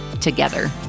together